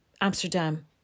Amsterdam